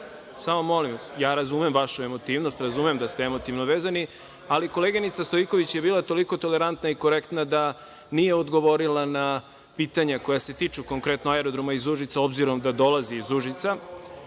sam vezan.)Ja razumem vašu emotivnost, razumem da ste emotivno vezani, ali koleginica Stojiljković je bila toliko tolerantna i korektna da nije odgovorila na pitanja koja se tiču konkretno aerodroma iz Užica, obzirom da dolazi iz Užica.